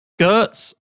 Gertz